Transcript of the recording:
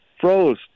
froze